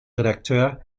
redakteur